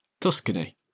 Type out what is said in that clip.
Tuscany